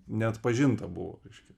neatpažinta buvo reiškia